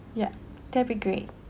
yup that'll be great